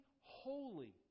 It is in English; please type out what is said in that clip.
holy